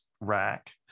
rack